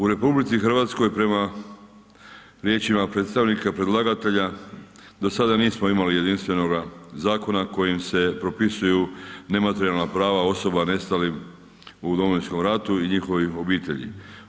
U RH prema riječima predstavnika predlagatelja do sada nismo imali jedinstvenoga zakona kojim se propisuju nematerijalna prava osoba nestalim u Domovinskom ratu i njihovim obiteljima.